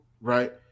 right